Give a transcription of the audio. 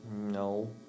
No